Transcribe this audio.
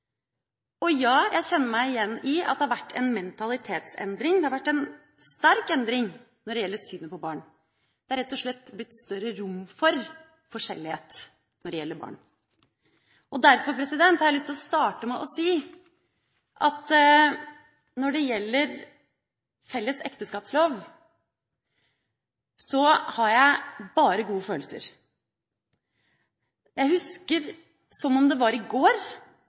Ja, jeg kjenner meg igjen i at det har vært en mentalitetsendring. Det har vært en sterk endring når det gjelder synet på barn. Det er rett og slett blitt større rom for forskjellighet når det gjelder barn. Derfor har jeg lyst til å starte med å si at når det gjelder felles ekteskapslov, har jeg bare gode følelser. Jeg husker det som om det var i går,